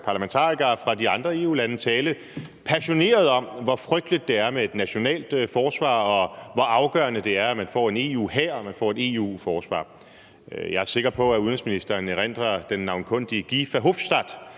parlamentarikere fra de andre EU-lande tale passioneret om, hvor frygteligt det er med et nationalt forsvar, og hvor afgørende det er, at man får en EU-hær og et EU-forsvar. Jeg er sikker på, at udenrigsministeren erindrer den navnkundige Guy Verhofstadt,